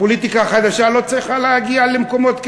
הפוליטיקה החדשה לא צריכה להגיע למקומות כאלו.